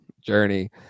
Journey